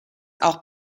auch